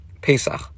Pesach